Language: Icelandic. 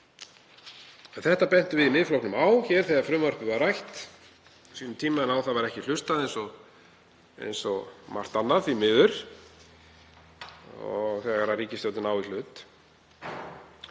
Þetta bentum við í Miðflokknum á hér þegar frumvarpið var rætt á sínum tíma en á það var ekki hlustað frekar en margt annað, því miður, þegar ríkisstjórnin á í hlut.